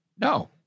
No